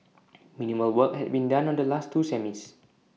minimal work had been done on the last two semis